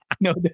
No